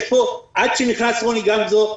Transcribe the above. עד שנכנס רוני גמזו,